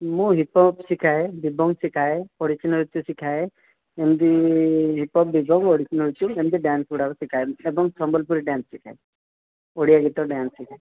ମୁଁ hip hop ଶିଖାଏ ଦିବଙ୍ଗ ଶିଖାଏ ଓଡ଼ିଶୀ ନୃତ୍ୟ ଶିଖାଏ ଏମିତି ହିପ୍ ହପ୍ ଦିବଙ୍ଗ ଓଡ଼ିଶୀ ନୃତ୍ୟ ଏମିତି ଡ୍ୟାନ୍ସଗୁଡ଼ାକ ଶିଖାଏ ଏବଂ ସମ୍ବଲପୁରୀ ଡ୍ୟାନ୍ସ୍ ଶିଖାଏ ଓଡ଼ିଆ ଗୀତ ଡ୍ୟାନ୍ସ୍ ଶିଖାଏ